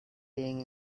being